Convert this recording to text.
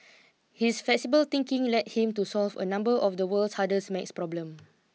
his flexible thinking led him to solve a number of the world's hardest math problem